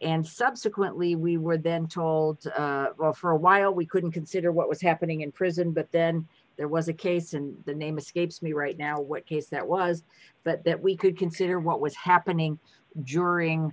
and subsequently we were then told for a while we couldn't consider what was happening in prison but then there was a case and the name escapes me right now what case that was but that we could consider what was happening during